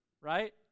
right